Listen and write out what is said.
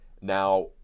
Now